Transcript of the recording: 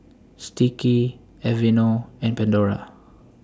Sticky Aveeno and Pandora